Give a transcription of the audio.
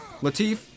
Latif